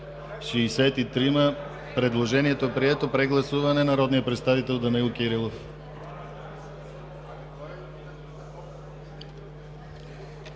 63. Предложението е прието. Прегласуване – народният представител Данаил Кирилов.